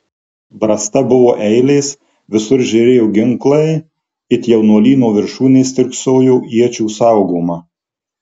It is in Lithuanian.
brasta buvo eilės visur žėrėjo ginklai it jaunuolyno viršūnės stirksojo iečių saugoma